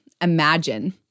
imagine